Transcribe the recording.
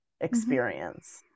experience